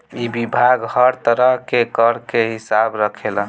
इ विभाग हर तरह के कर के हिसाब रखेला